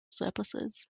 surpluses